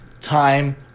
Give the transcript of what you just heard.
time